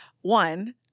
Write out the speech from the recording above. one